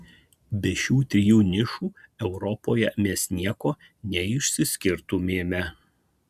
be šių trijų nišų europoje mes nieko neišsiskirtumėme